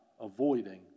avoiding